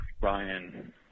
Ryan